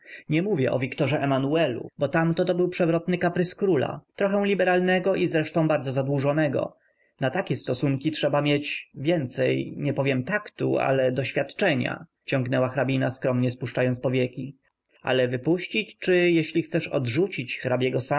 nie mówię o wiktorze emanuelu bo tamto był przelotny kaprys króla trochę liberalnego i zresztą bardzo zadłużonego na takie stosunki trzeba mieć więcej nie powiem taktu ale doświadczenia ciagnęłaciągnęła hrabina skromnie spuszczając powieki ale wypuścić czy jeżeli chcesz odrzucić